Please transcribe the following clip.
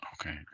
Okay